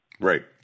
Right